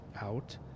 out